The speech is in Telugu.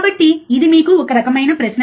కాబట్టి ఇది మీకు ఒక రకమైన ప్రశ్న